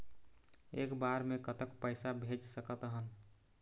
एक बार मे कतक पैसा भेज सकत हन?